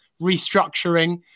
restructuring